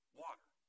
water